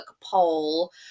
poll